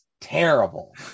terrible